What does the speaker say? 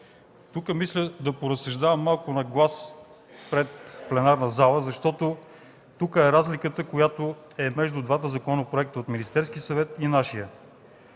Мисля да поразсъждавам на глас пред пленарната зала, защото тук е разликата, която е между двата законопроекта – от Министерския съвет и нашият.